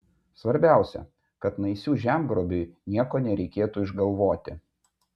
svarbiausia kad naisių žemgrobiui nieko nereikėtų išgalvoti